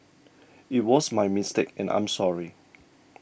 it was my mistake and I'm sorry